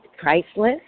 priceless